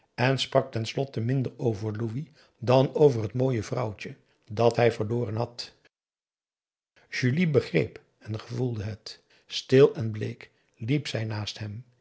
sprak ten slotte minder over louis dan over het mooie vrouwtje dat hij verloren had julie begreep en gevoelde het stil en bleek liep zij naast hem